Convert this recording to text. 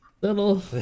Little